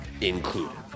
included